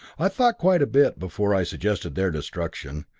i thought quite a bit before i suggested their destruction,